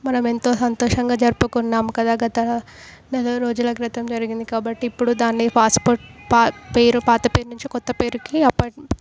మనమెంతో సంతోషంగా జరుపుకున్నాం కదా గత నెల రోజుల క్రితం జరిగింది కాబట్టి ఇప్పుడు దాన్ని పాస్పోర్ట్ పా పేరు పాత పేరు నుంచి కొత్త పేరుకి అపాయింట్